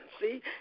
See